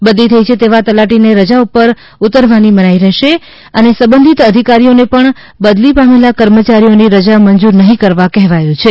બદલી થઈ છે તેવા તલાટીને ર જા ઉપર ઉતરવા ની મનાઈ રહેશે અને સંબધિત અધિકારીઓને પણ બદલી પામેલા કર્મચારીઓની રજા મંજુર નઠી કરવા કહેવાયું છે